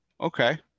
okay